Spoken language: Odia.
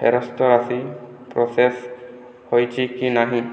ଫେରସ୍ତ ରାଶି ପ୍ରୋସେସ୍ ହୋଇଛି କି ନାହିଁ